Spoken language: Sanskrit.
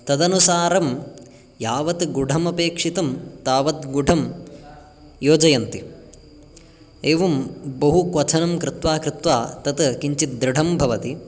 तदनुसारं यावत् गुडमपेक्षितं तावत् गुडं योजयन्ति एवं बहु क्वथनं कृत्वा कृत्वा तत् किञ्चित् दृढं भवति